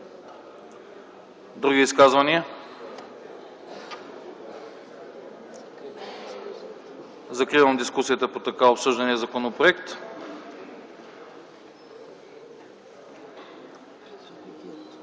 Други изказвания? Няма. Закривам дискусията по така обсъждания законопроект.